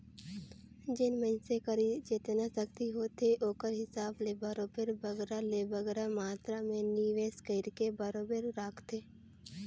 जेन मइनसे कर जेतना सक्ति होथे ओकर हिसाब ले बरोबेर बगरा ले बगरा मातरा में निवेस कइरके बरोबेर राखथे